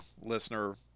listener